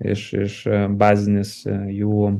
iš iš bazinės jų